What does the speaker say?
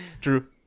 True